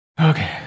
Okay